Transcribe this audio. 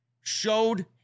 showed